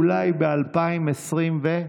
אולי ב-2028.